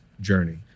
journey